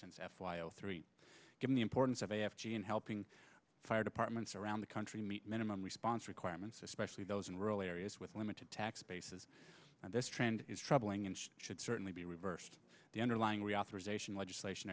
since f y o three given the importance of a f g and helping fire departments around the country meet minimum response requirements especially those in rural areas with limited tax bases and this trend is troubling and should certainly be reversed the underlying